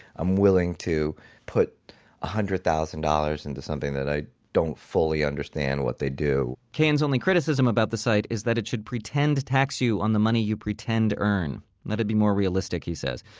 i'm willing to put hundred thousand dollars into something that i don't fully understand what that they do. cahan's only criticism about the site is that it should pretend tax you on the money you pretend earn. that would be more realistic, he says.